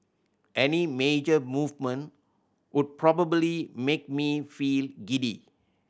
any major movement would probably make me feel giddy